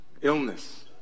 Illness